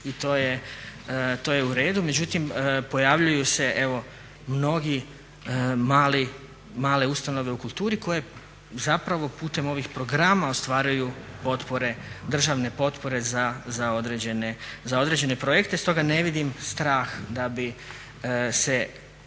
i to je u redu. Međutim, pojavljuju se evo mnoge male ustanove u kulturi koje zapravo putem ovih programa ostvaruju državne potpore za određene projekte, stoga ne vidim strah da bi se